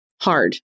Hard